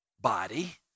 body